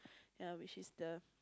ya which is the